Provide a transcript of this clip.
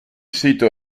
sito